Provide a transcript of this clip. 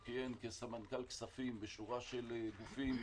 הוא כיהן כסמנכ"ל כספים בשורה של גופים.